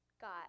got